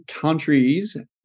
countries